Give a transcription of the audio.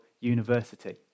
university